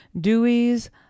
Dewey's